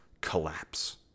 collapse